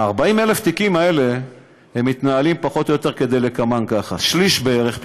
40,000 התיקים האלה מתנהלים פחות או יותר כדלקמן: שליש בערך,